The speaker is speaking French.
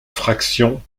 fraction